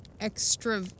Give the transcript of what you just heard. extra